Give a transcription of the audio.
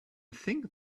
think